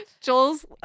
Joel's